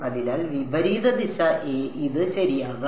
അതിനാൽ വിപരീത ദിശ ഇത് ശരിയാകും